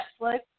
Netflix